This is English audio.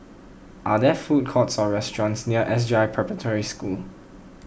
are there food courts or restaurants near S J I Preparatory School